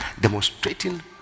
demonstrating